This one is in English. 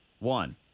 One